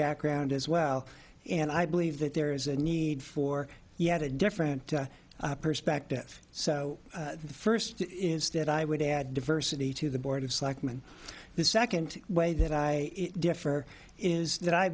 background as well and i believe that there is a need for yet a different perspective so the first is that i would add diversity to the board of selectmen the second way that i differ is that i